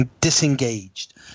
disengaged